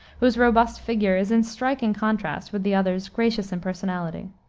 whose robust figure is in striking contrast with the other's gracious impersonality.